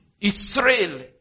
Israel